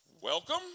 Welcome